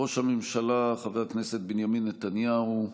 ראש הממשלה חבר הכנסת בנימין נתניהו,